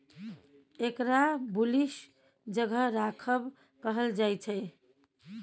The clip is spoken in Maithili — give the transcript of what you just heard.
एकरा बुलिश जगह राखब कहल जायछे